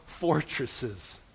fortresses